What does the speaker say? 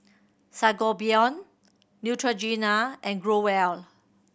Sangobion Neutrogena and Growell